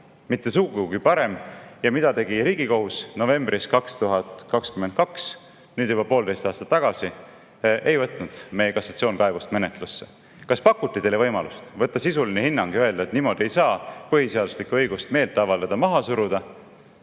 mitte sugugi parem. Ja mida tegi Riigikohus novembris 2022, nüüd juba poolteist aastat tagasi? Ei võtnud meie kassatsioonkaebust menetlusse. Kas pakuti teile võimalust võtta sisuline hinnang ja öelda, et niimoodi ei saa põhiseaduslikku õigust meelt avaldada maha suruda,